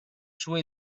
sua